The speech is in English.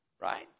right